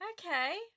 Okay